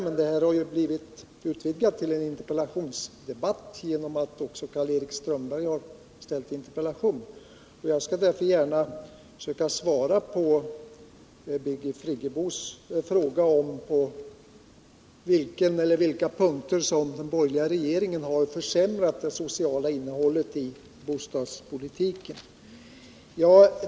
Genom att Karl-Erik Strömberg har ställt en interpeltation har min fråga kommit att behandlas i samband med en interpellationsdebatt, och jag skall därför gärna försöka svara på Birgit Friggebos fråga om på vilken eller vilka punkter som den borgerliga regeringen har försämrat det sociala innehållet i bostadspolitiken.